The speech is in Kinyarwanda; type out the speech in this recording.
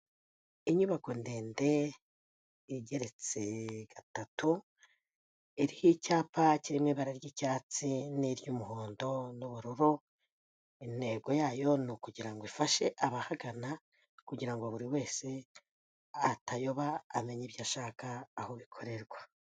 Inyubako ndende, igeretse gatatu, iriho icyapa kirimo ibara ry'icyatsi n'iry'umuhondo n'ubururu, intego yayo ni ukugira ngo ifashe abahagana, kugira ngo buri wese atayoba amenye ibyo ashaka aho ikorerwa.